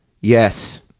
Yes